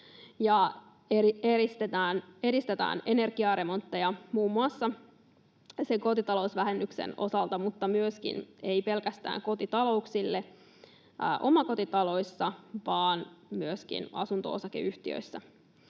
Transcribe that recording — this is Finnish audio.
muun muassa sen kotitalousvähennyksen osalta mutta ei pelkästään kotitalouksille omakotitaloissa vaan myöskin asunto-osakeyhtiöissä.